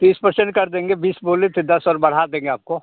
तीस पर्सेंट कर देंगे बीस बोले थे दस और बढ़ा देंगे आपको